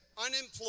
unemployed